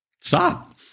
Stop